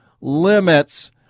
limits